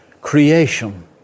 creation